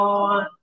on